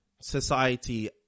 society